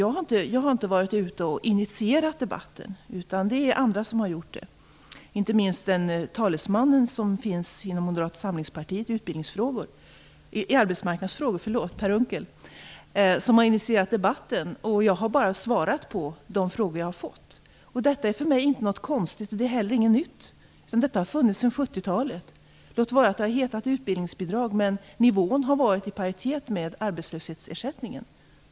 Det är inte jag som har initierat den, utan det är andra, inte minst Moderata samlingspartiets talesman i arbetsmarknadsfrågor, Per Unckel. Jag har bara svarat på de frågor jag har fått. För mig är detta inte något konstigt, och det är heller inget nytt. Det har funnits sedan 70-talet. Låt vara att det har hetat utbildningsbidrag, men nivån har legat i paritet med arbetslöshetsersättningen.